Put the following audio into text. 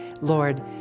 Lord